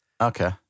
Okay